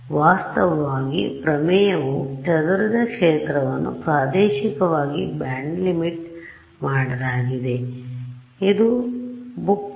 ವಾಸ್ತವವಾಗಿ ಪ್ರಮೇಯವು ಚದುರಿದ ಕ್ಷೇತ್ರವನ್ನು ಪ್ರಾದೇಶಿಕವಾಗಿ ಬ್ಯಾಂಡ್ಲಿಮಿಟ್ ಮಾಡಲಾಗಿದೆ ಇದು ಬುಕ್ಕಿBucci